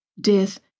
Death